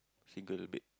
single bed